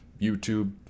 YouTube